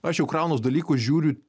aš jau kraunuos dalykus žiūriu